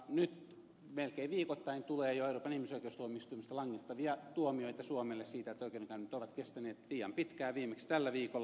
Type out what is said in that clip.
nyt melkein viikoittain tulee jo euroopan ihmisoikeustuomioistuimesta langettavia tuomioita suomelle siitä että oikeudenkäynnit ovat kestäneet liian pitkään viimeksi tällä viikolla